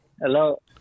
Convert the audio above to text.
Hello